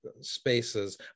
spaces